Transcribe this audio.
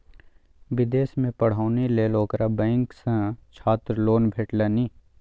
विदेशमे पढ़ौनी लेल ओकरा बैंक सँ छात्र लोन भेटलनि